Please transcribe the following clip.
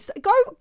Go